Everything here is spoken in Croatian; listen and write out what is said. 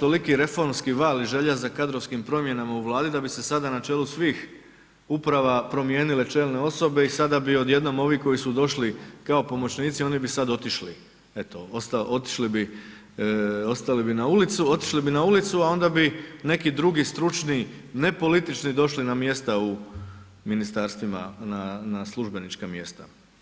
toliki reformski val i želja za kadrovskim promjenama u Vladi da bi se sada na čelu svih uprava promijenile čelne osobe i sada bi odjednom ovi koji su došli kao pomoćnici, oni bi sad otišli, eto, otišli bi, ostali bi na ulicu, otišli bi na ulicu, a onda bi neki drugi stručni, nepolitični, došli na mjesta u ministarstvima, na službenička mjesta.